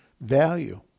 Value